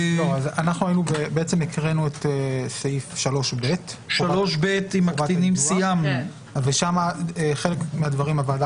הקראנו את סעיף 3ב. שם חלק מהדברים הוועדה